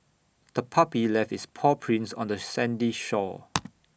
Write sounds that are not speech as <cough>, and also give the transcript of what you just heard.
the puppy left its paw prints on the sandy shore <noise>